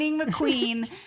McQueen